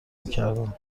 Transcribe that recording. میکردند